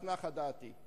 נחה דעתי.